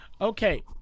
Okay